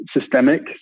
systemic